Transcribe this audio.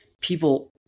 people